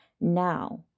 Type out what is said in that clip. Now